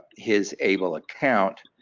his able account